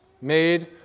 made